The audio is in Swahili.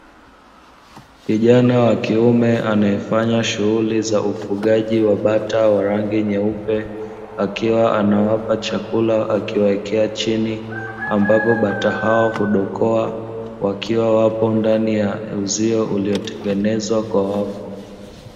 Kijana wa kiume anayefanya shughuli za ufugaji wa bata wa rangi nyeupe akiwa anawapa chakula akiwawekea chini, ambapo bata hao hudokoa wakiwa wapo ndani ya uzio uliotengenezwa kwa wavu.